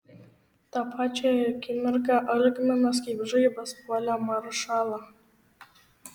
tą pačią akimirką algminas kaip žaibas puolė maršalą